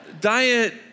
diet